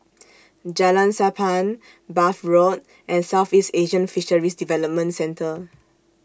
Jalan Sappan Bath Road and Southeast Asian Fisheries Development Centre